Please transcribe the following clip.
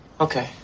Okay